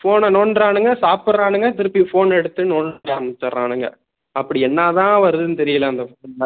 ஃபோனை நோண்டுறானுங்க சாப்பிடுறானுங்க திருப்பி ஃபோனை எடுத்து நோண்ட ஆரம்மிச்சிடுறானுங்க அப்படி என்ன தான் வருதுன்னு தெரியலை அந்த ஃபோனில்